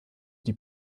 die